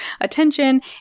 attention